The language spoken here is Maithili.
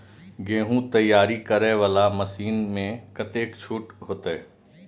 गेहूं तैयारी करे वाला मशीन में कतेक छूट होते?